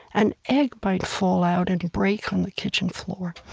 an egg might fall out and break on the kitchen floor.